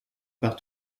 par